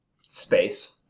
Space